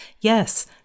Yes